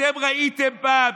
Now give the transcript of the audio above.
אתם ראיתם פעם,